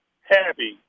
happy